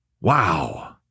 Wow